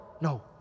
No